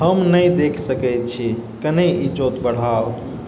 हम नहि देखि सकैत छी कने ईजोत बढ़ाउ